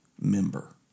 member